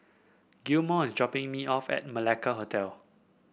Gilmore is dropping me off at Malacca Hotel